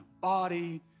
body